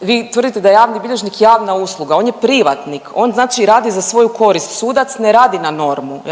Vi tvrdite da je javni bilježnik javna ustanova, on je privatnik, on znači radi za svoju korist, sudac ne radi na normu